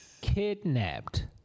kidnapped